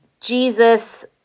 Jesus